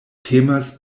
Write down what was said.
temas